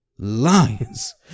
Lions